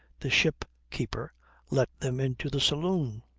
the ship-keeper let them into the saloon.